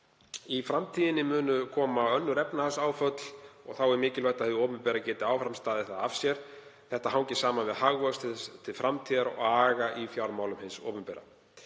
Í framtíðinni munu koma önnur efnahagsáföll og þá er mikilvægt að hið opinbera geti staðið þau af sér. Þetta hangir saman við hagvöxt til framtíðar og aga í fjármálum hins opinbera.